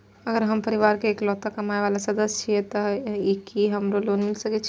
अगर हम परिवार के इकलौता कमाय वाला सदस्य छियै त की हमरा लोन मिल सकीए?